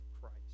Christ